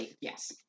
Yes